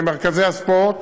למרכזי הספורט,